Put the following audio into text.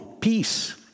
peace